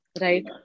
right